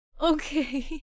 Okay